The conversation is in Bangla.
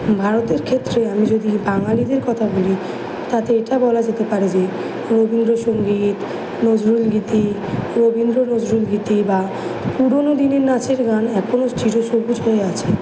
ভারতের ক্ষেত্রে আমি যদি বাঙালিদের কথা বলি তাতে এটা বলা যেতে পারে যে রবীন্দ্রসঙ্গীত নজরুল গীতি রবীন্দ্র নজরুল গীতি বা পুরনো দিনের নাচের গান এখনো চির সবুজ হয়ে আছে